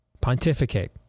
pontificate